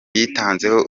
yitanzeho